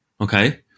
Okay